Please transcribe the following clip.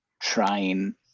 trying